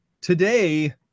today